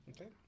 Okay